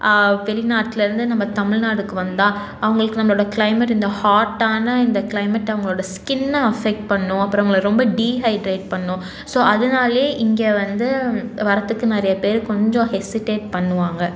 வெளிநாட்டில் இருந்து நம்ம தமிழ்நாட்டுக்கு வந்தால் அவங்களுக்கு நம்மளோடய கிளைமேட் இந்த ஹாட்டான இந்த கிளைமேட் அவங்களோடய ஸ்கின்னை அஃபெக்ட் பண்ணும் அப்புறம் அவங்களை ரொம்ப டீஹைட்ரேட் பண்ணும் ஸோ அதனாலயே இங்கே வந்து வர்றதுக்கு நிறையப் பேர் கொஞ்சம் ஹெசிடேட் பண்ணுவாங்க